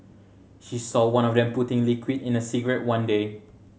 she saw one of them putting liquid in a cigarette one day